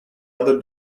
other